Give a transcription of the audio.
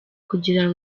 kugira